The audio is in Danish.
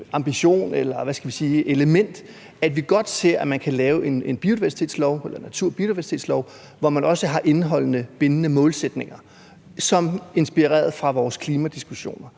ambitionen eller det element, at vi godt ser, at man kan lave en natur- og biodiversitetslov, som også indeholder bindende målsætninger – inspireret af vores klimadiskussioner.